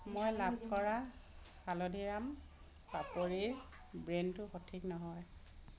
মই লাভ কৰা হালদিৰাম পাপড়িৰ ব্ৰেণ্ডটো সঠিক নহয়